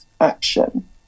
action